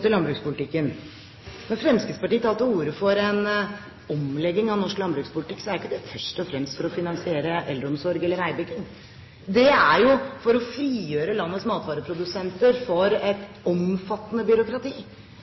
til landbrukspolitikken: Når Fremskrittspartiet tar til orde for en omlegging av norsk landbrukspolitikk, er ikke det først og fremst for å finansiere eldreomsorg eller veibygging. Det er for å frigjøre landets matvareprodusenter fra et omfattende byråkrati,